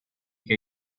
che